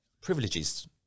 privileges